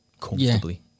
comfortably